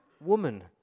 woman